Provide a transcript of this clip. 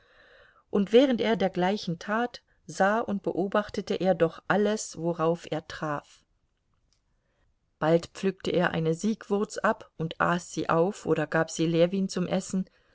und während er dergleichen tat sah und beobachtete er doch alles worauf er traf bald pflückte er eine siegwurz ab und aß sie auf oder gab sie ljewin zum essen